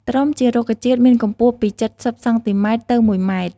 ត្រុំជារុក្ខជាតិមានកម្ពស់ពី ៧០សង់ទីម៉ែត្រទៅ១ម៉ែត្រ។